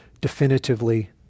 definitively